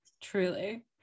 truly